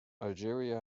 algeria